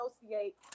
associate